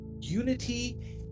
unity